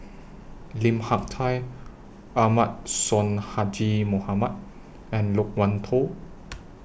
Lim Hak Tai Ahmad Sonhadji Mohamad and Loke Wan Tho